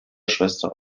schwester